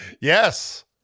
Yes